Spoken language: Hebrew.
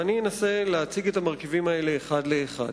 ואני אנסה להציג את המרכיבים האלה אחד לאחד.